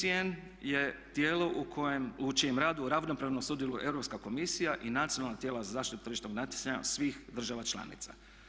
ICN je tijelo u čijem radu ravnopravno sudjeluje Europska komisija i nacionalna tijela za zaštitu tržišnog natjecanja svih država članica.